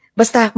basta